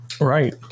Right